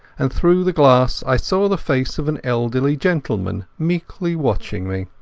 and through the glass i saw the face of an elderly gentleman meekly watching me.